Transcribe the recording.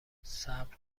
صبر